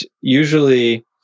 usually